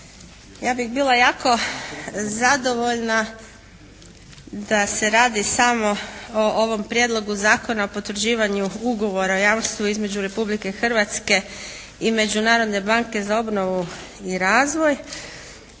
Ja bih bila jako zadovoljna da se radi samo o ovom Prijedlogu zakona o potvrđivanju Ugovora o jamstvu između Republike Hrvatske i Međunarodne banke za obnovu i razvoj